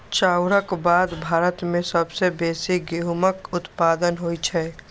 चाउरक बाद भारत मे सबसं बेसी गहूमक उत्पादन होइ छै